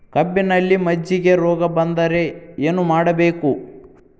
ಕಬ್ಬಿನಲ್ಲಿ ಮಜ್ಜಿಗೆ ರೋಗ ಬಂದರೆ ಏನು ಮಾಡಬೇಕು?